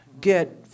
get